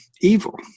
evil